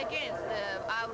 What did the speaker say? again i